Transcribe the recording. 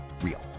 real